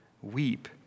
weep